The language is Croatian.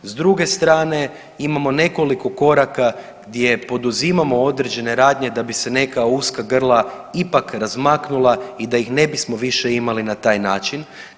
S druge strane imamo nekoliko koraka gdje poduzimamo određene radnje da bi se neka uska grla ipak razmaknula i da ih ne bismo više imali na taj način.